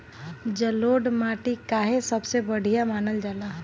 जलोड़ माटी काहे सबसे बढ़िया मानल जाला?